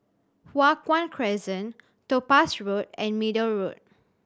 Hua Guan Crescent Topaz Road and Middle Road